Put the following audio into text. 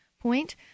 point